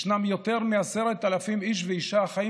ישנם יותר מ-10,000 איש ואישה החיים